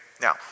now